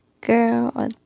girl